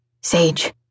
Sage